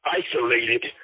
isolated